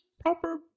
proper